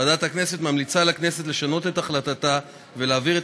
ועדת הכנסת ממליצה לכנסת לשנות את החלטתה ולהעביר את